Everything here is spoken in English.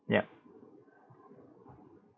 ya